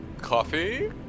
Coffee